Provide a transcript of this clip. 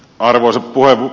arvoisa puhemies